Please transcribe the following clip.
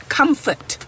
comfort